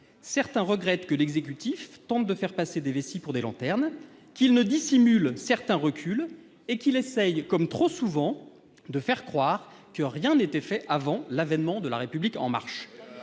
certains regrettent que l'exécutif tente de faire passer des vessies pour des lanternes, qu'il dissimule certains reculs et qu'il essaie, comme trop souvent, de faire croire que rien n'avait été fait avant l'avènement de La République En Marche.